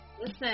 listen